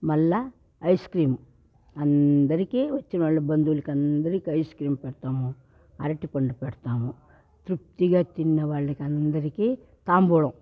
మళ్ళా ice cream అందరికి వచ్చినోళ్ళు బంధువుల కందరికీ ఐస్ క్రీమ్ పెడతాము అరటిపండు పెడతాము తృప్తిగా తినిన వాళ్ళందరికీ తాంబూలం